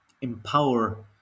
empower